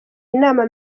inama